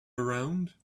around